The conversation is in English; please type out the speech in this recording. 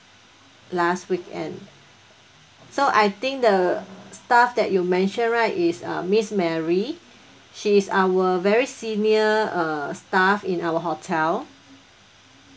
last weekend so I think the staff that you mentioned right is uh miss mary she's our very senior uh staff in our hotel